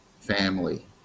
family